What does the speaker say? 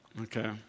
Okay